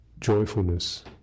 joyfulness